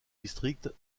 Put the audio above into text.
district